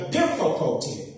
difficulty